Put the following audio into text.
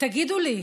חודשים,